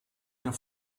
der